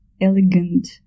elegant